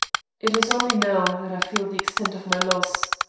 it is only now that i feel the extent of my loss.